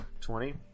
Twenty